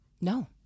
No